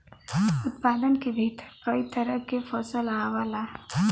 उत्पादन के भीतर कई तरह के फसल आवला